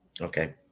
Okay